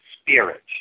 spirit